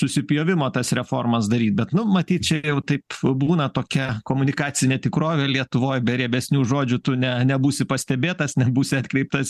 susipjovimo tas reformas daryt bet nu matyti čia jau taip būna tokia komunikacinė tikrovė lietuvoj be riebesnių žodžių tu ne nebūsi pastebėtas nebūsi atkreiptas